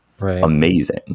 amazing